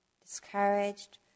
discouraged